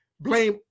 blame